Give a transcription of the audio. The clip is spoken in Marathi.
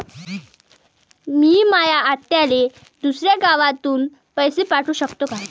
मी माया आत्याले दुसऱ्या गावातून पैसे पाठू शकतो का?